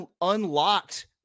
unlocked